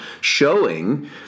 showing